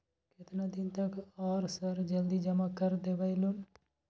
केतना दिन तक आर सर जल्दी जमा कर देबै लोन?